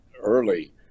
early